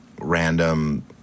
random